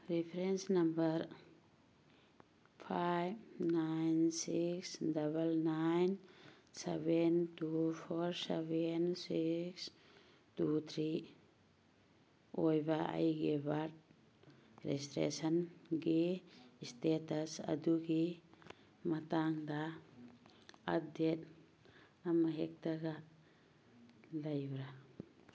reference number five nine six double nine seven two four seven six two three ꯑꯣꯏꯕ ꯑꯩꯒꯤ birth ꯔꯦꯁꯇ꯭ꯔꯦꯁꯟꯒꯤ status ꯑꯗꯨꯒꯤ ꯃꯇꯥꯡꯗ update ꯑꯃꯍꯦꯛꯇꯒ ꯂꯩꯕ꯭ꯔ